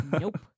Nope